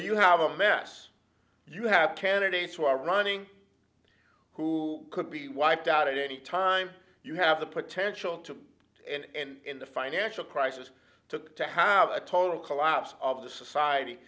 you have a mess you have candidates who are running who could be wiped out at any time you have the potential to end the financial crisis took to have a total collapse of the society